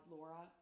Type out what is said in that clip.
Laura